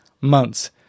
months